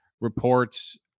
reports